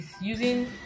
using